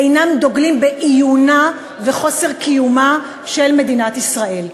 אינם דוגלים באיונה או באי-קיומה של מדינת ישראל,